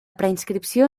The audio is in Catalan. preinscripció